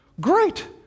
great